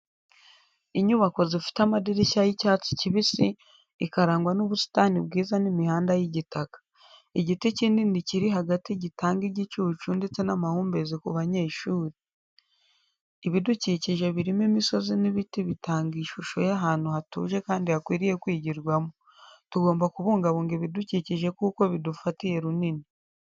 Inyubako zifite amadirishya y’icyatsi kibisi, ikarangwa n’ubusitani bwiza n’imihanda y’igitaka. Igiti kinini kiri hagati gitanga igicucu ndetse n'amahumbezi ku banyeshuri. Ibidukikije birimo imisozi n’ibiti bitanga ishusho y’ahantu hatuje kandi hakwiriye kwigirwamo. Tugomba kubungabunga ibidukikije kuko bidufatiye runini.